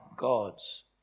gods